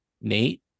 Nate